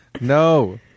No